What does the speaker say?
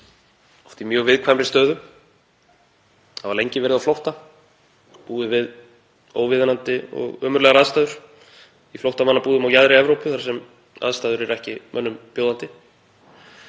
eru oft í mjög viðkvæmri stöðu, hafa lengi verið á flótta, hafa búið við óviðunandi og ömurlegar aðstæður í flóttamannabúðum á jaðri Evrópu þar sem aðstæður eru ekki mönnum bjóðandi.